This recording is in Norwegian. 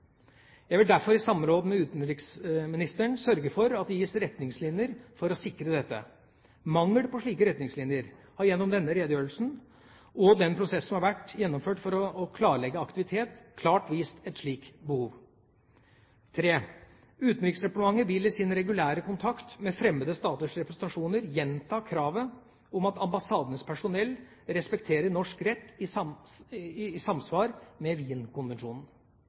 Jeg vil derfor i samråd med utenriksministeren sørge for at det gis retningslinjer for å sikre dette. Mangel på slike retningslinjer har gjennom denne redegjørelsen og den prosessen som har vært gjennomført for å klarlegge aktivitet, klart vist et slikt behov. Utenriksdepartementet vil i sin regulære kontakt med fremmede staters representasjoner gjenta kravet om at ambassadenes personell respekterer norsk rett i samsvar med Wien-konvensjonen. Utenriksministeren vil sammen med